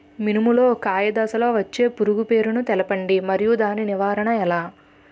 మినుము లో కాయ దశలో వచ్చే పురుగు పేరును తెలపండి? మరియు దాని నివారణ ఎలా?